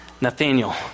Nathaniel